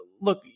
look